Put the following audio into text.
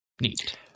neat